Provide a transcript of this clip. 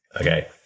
Okay